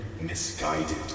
misguided